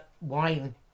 wine